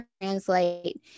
translate